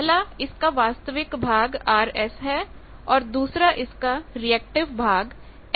पहला इसका वास्तविक भाग Rs है और दूसरा इसका रिएक्टिव भाग Xs है